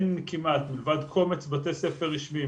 מלבד קומץ בתי ספר רשמיים,